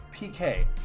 PK